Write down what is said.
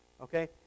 okay